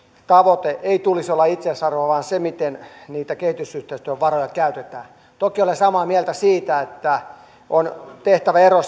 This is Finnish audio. tavoitteen ei tulisi olla itseisarvo vaan sen miten niitä kehitysyhteistyövaroja käytetään toki olen samaa mieltä siitä että on tehtävä ero